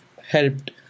helped